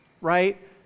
right